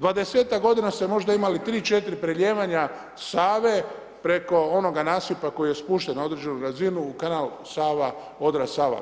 20ak godina ste možda imali 3, 4 prelijevanja Save preko onoga nasipa koji je spušten na određenu razinu u kanal Sava-Odra-Sava.